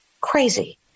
crazy